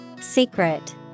Secret